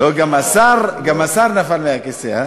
גם השר נפל מהכיסא.